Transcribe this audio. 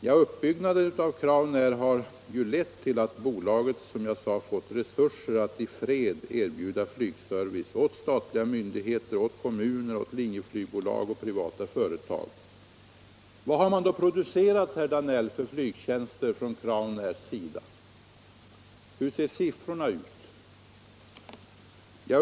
Ja, uppbyggnaden av Crownair har ju som jag sade lett till att bolaget fått resurser att i fred erbjuda flygservice åt statliga myndigheter, åt kommuner, linjeflygbolag och privata företag. Vilka flygtjänster har då Crownair producerat? Hur ser siffrorna ut?